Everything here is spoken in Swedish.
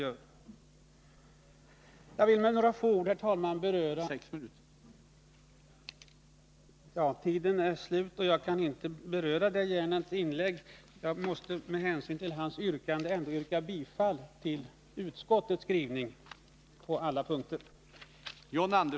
Tiden medger inte att jag berör Anders Gernandts inlägg, men jag måste 217 med hänsyn till hans yrkande ändå få yrka bifall till utskottets hemställan på alla punkter.